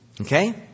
Okay